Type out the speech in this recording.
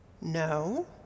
No